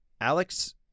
Alex